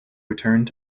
returned